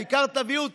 העיקר תביאו תקציב.